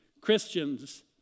Christians